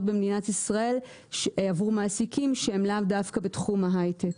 במדינת ישראל עבור מעסיקים שהם לאו דווקא בתחום ההייטק.